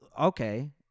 Okay